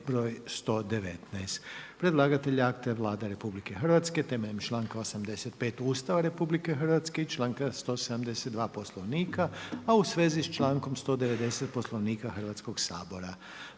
br. 78. Predlagatelj akta je Vlada Republike Hrvatske na temelju članka 85. Ustava Republike Hrvatske i članka 172. Poslovnika u vezi s člankom 190. Poslovnika Hrvatskoga sabora.